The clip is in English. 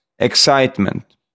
excitement